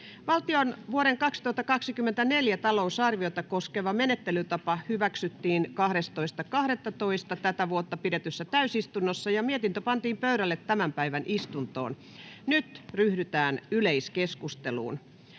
Valtion vuoden 2024 talousarviota koskeva menettelytapa hyväksyttiin 12.12.2023 pidetyssä täysistunnossa ja mietintö pantiin pöydälle tämän päivän istuntoon. Nyt ryhdytään yleiskeskusteluun.